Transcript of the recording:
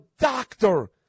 doctor